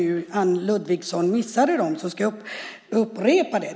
Om Anne Ludvigsson missade dem kan jag upprepa dem.